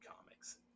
comics